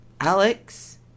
Alex